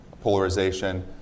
polarization